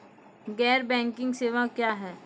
गैर बैंकिंग सेवा क्या हैं?